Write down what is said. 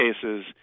cases